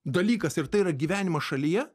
dalykas ir tai yra gyvenimas šalyje